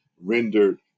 rendered